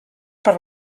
per